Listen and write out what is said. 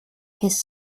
his